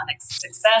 success